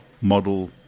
model